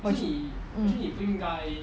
mm